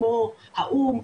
כמו האו"ם,